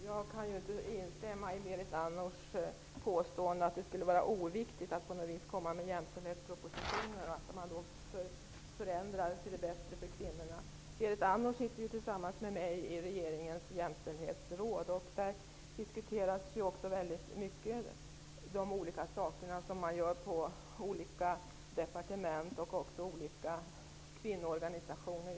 Herr talman! Jag kan inte instämma i Berit Andnors påstående att det skulle vara oviktigt att komma med jämställdhetspropositioner och förändringar till det bättre för kvinnorna. Berit Andnor sitter ju liksom jag med i regeringens jämställdhetsråd. Där diskuterar vi väldigt mycket de olika saker som görs hos olika departement och kvinnoorganisationer.